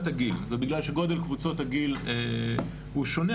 הגיל ובגלל שגודל קבוצות הגיל הוא שונה,